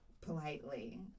politely